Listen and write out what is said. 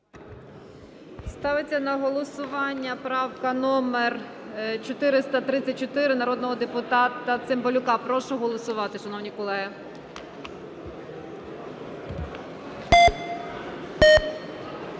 Ставиться на голосування правка номер 434 народного депутата Цимбалюка. Прошу голосувати, шановні колеги.